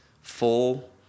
full